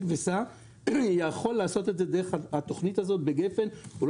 וסע' יכול לעשות את זה דרך התכנית הזאת בגפ"ן.